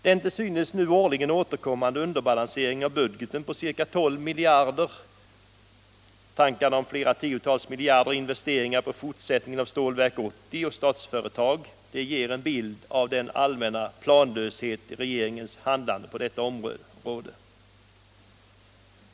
Den till synes nu årligen återkommande underbalanseringen av budgeten på ca 12 miljarder, liksom tankarna om flera tiotals miljarder i investeringar på fortsättningen av Stålverk 80 och Statsföretag ger en bild av en allmän planlöshet i regeringens handlande på detta område.